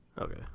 Okay